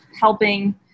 helping